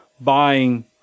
buying